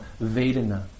Vedana